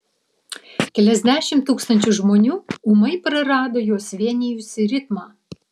keliasdešimt tūkstančių žmonių ūmai prarado juos vienijusį ritmą